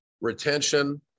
retention